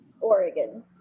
Oregon